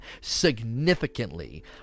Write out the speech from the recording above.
significantly